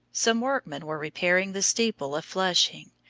some workmen were repairing the steeple of flushing,